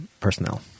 personnel